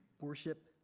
Worship